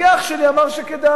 כי אח שלי אמר שכדאי